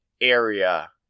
area